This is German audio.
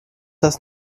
das